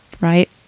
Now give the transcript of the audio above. right